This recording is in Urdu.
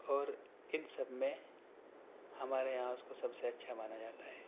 اور ان سب میں ہمارے یہاں اس کو سب سے اچھا مانا جاتا ہے